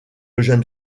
jeune